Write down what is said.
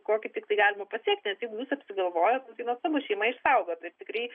kokį tiktai galima pasiekti nes jeigu jūs apsigalvojot nu tai nuostabu šeima išsaugota jūs tikrai